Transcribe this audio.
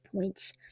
points